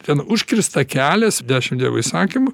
ten užkirsta kelias dešim dievo įsakymų